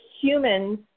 humans